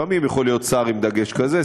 לפעמים יכול להיות שר עם דגש כזה,